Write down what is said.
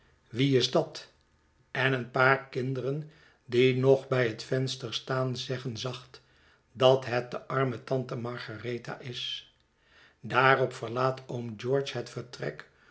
wie is dat en een paar kinderen die nog bij het venster staan zeggen zacht dat het de arme tante margaretha is daarop verlaat oom george het vertrek